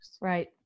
Right